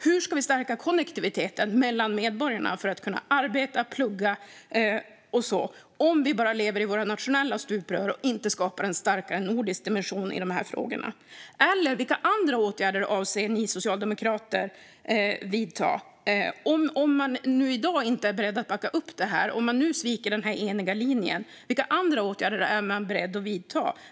Hur ska vi stärka konnektiviteten mellan medborgarna för att kunna arbeta, plugga och så vidare om vi bara lever i våra nationella stuprör och inte skapar en starkare nordisk dimension i frågorna? Vilka andra åtgärder avser ni socialdemokrater att vidta om man i dag inte är beredd att backa upp utan i stället sviker den eniga linjen?